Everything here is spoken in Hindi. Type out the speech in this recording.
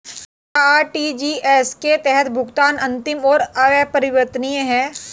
क्या आर.टी.जी.एस के तहत भुगतान अंतिम और अपरिवर्तनीय है?